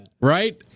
right